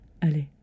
Allez